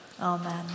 amen